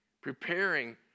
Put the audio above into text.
preparing